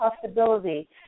possibility